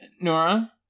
Nora